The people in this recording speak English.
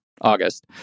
August